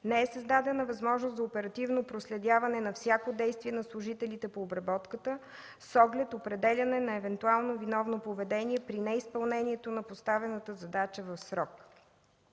Не е създадена възможност за оперативно проследяване на всяко действие на служителите по обработката с оглед определяне на евентуално виновно поведение при неизпълнението на поставената задача в срок.